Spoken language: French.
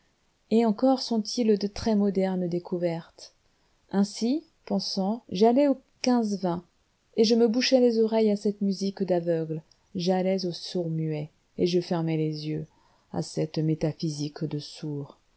et encore sont-ils de très moderne découverte ainsi pensant j'allais aux quinze-vingts et je me bouchais les oreilles à cette musique d'aveugles j'allais aux sourds-muets et je fermais les yeux à cette métaphysique de sourds